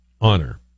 honor